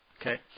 Okay